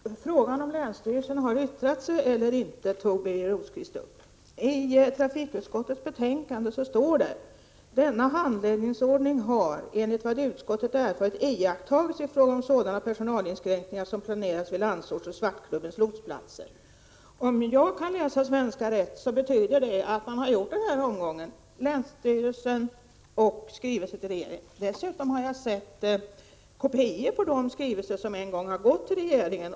Herr talman! Birger Rosqvist tog upp frågan om huruvida länsstyrelsen har yttrat sig eller inte. I trafikutskottets betänkande står det dock: ”Denna handläggningsordning har — enligt vad utskottet erfarit — iakttagits i fråga om sådana personalinskränkningar som planeras vid Landsorts och Svartklubbens lotsplatser.” Om jag kan läsa svenska rätt, betyder det att det har förekommit en omgång, där länsstyrelsen har varit med, och att det finns en skrivelse till regeringen. Dessutom har jag sett kopior på de skrivelser som en gång gick till regeringen.